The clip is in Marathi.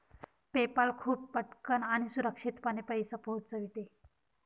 पेपाल खूप पटकन आणि सुरक्षितपणे पैसे पोहोचविते